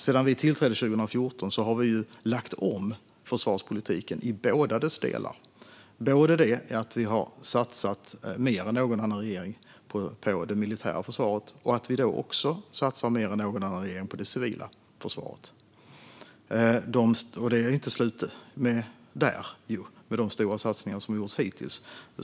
Sedan vi tillträdde 2014 har vi lagt om försvarspolitiken i båda dess delar. Vi har satsat mer än någon annan regering på det militära försvaret, och vi satsar också mer än någon annan regering har gjort på det civila försvaret. Och det är inte slut där, med de stora satsningar som gjorts hittills.